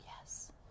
Yes